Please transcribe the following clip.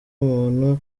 umuntu